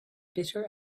bitter